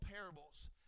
parables